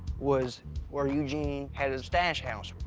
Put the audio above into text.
was where eugene had his stash house.